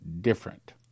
different